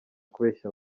kubeshya